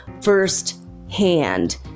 firsthand